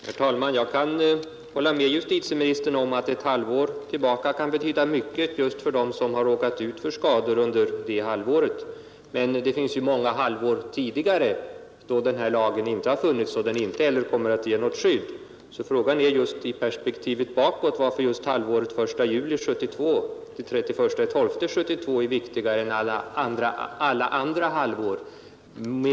Herr talman! Jag kan hålla med justitieministern om att ett halvår tillbaka kan betyda mycket för dem som råkar ut för skador under just det halvåret. Men det har ju förflutit många halvår tidigare, då den här lagen inte har funnits och följaktligen inte givit något skydd. Frågan är varför i perspektivet bakåt just halvåret 1 juli-31 december 1972 är viktigare än alla andra halvår.